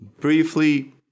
Briefly